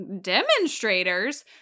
demonstrators